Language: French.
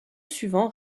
suivant